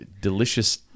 delicious